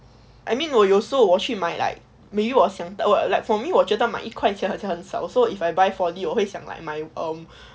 I mean 我有时候我去买 like maybe 我想 eh for me 我觉得买一块钱好像很少 so if I buy four D 我会想 like um